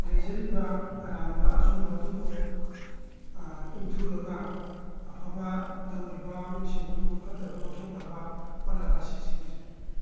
ꯂꯩꯖꯔꯤꯕ ꯑꯔꯥꯟꯕ ꯑꯆꯨꯝꯕ ꯑꯗꯨꯕꯨ ꯏꯟꯊꯨꯔꯒ ꯑꯐꯕ ꯇꯧꯔꯤꯕ ꯃꯤꯁꯤꯡ ꯑꯗꯨꯕꯨ ꯐꯠꯇꯕꯗ ꯑꯣꯟꯊꯣꯛꯅꯕ ꯍꯣꯠꯅꯕ ꯑꯁꯤꯁꯤꯡ ꯑꯁꯤꯅꯤ